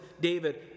David